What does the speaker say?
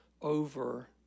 over